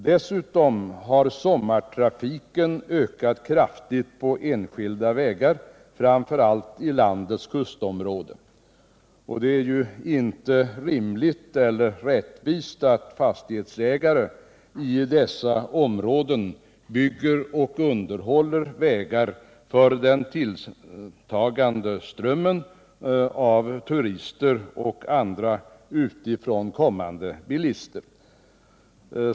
Dessutom har sommartrafiken ökat kraftigt på de enskilda vägarna, framför allt i landets kustområden. Och det är inte rimligt eller rättvist att fastighetsägare i dessa områden bygger och underhåller vägar för den tilltagande strömmen av turister och andra utifrån kommande bilister.